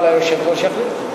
אבל היושב-ראש החליט.